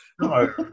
No